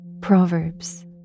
proverbs